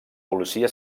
policia